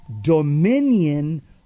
Dominion